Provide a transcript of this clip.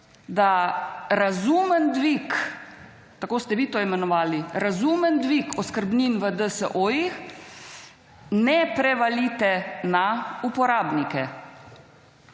da razumen dvig – tako ste vi to imenovali – oskrbnin v DSO ne prevalite na uporabnike.